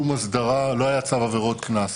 הסדרה ולא היה צו עבירות קנס,